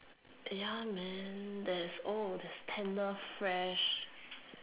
ya man there's oh there's Tenderfresh